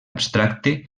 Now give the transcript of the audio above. abstracte